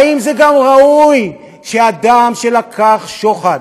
האם זה גם ראוי שאדם שלקח שוחד